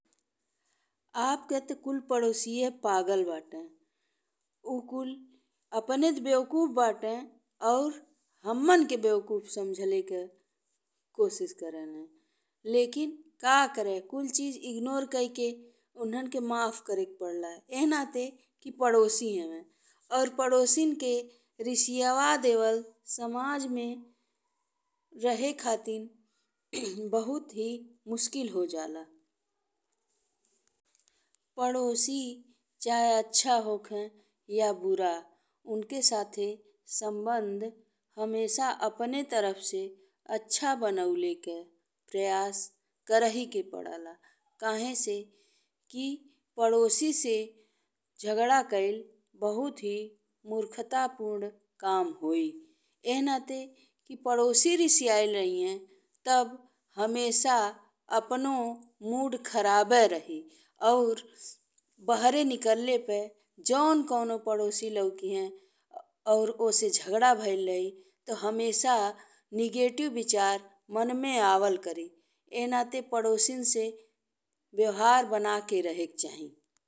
आपके ते कुल पड़ोसी पागल बाटे। उ कुल अपने ते बेवकूफ बाटे और हम्मन के बेवकूफ समझले के कोशिश करेले, लेकिन का करे कुल चीज़ इग्नोर कइ के उनहन के माफ कारेक पड़ला। एह नाते कि पड़ोसी हवे और पड़ोसी के रिसियावा देवल समाज में रहे खातिन बहुत ही मुश्किल हो जाला। पड़ोसी चाहे अच्छा होखे चाहे बुरा उनके साथे संबंध हमेशा अपने तरफ से अच्छा बनौले के प्रयास करहिके पड़ेला। कहसे कि पड़ोसी से झगड़ा कइल बहुत ही मूर्खतापूर्ण काम होई। एह नाते कि पड़ोसी रिसियाइल रहीहे तब हमेशा अपन मूड खराब रही और बाहरे निकलरे पे जऊन कउनो पड़ोसी लउकीहे और ओसे झगड़ा भइल रही ते हमेशा निगेटिव विचार मन में आवल करी। एह नाते पड़ोसी से व्यवहार बना के रहेके चाही।